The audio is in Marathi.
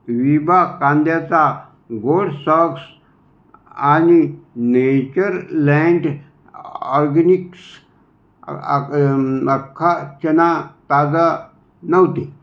वीबा कांद्याचा गोड सॉक्स आणि नेचरलँड ऑर्गॅनिक्स आ अख्खा चना ताजा नव्हते